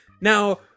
Now